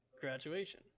graduation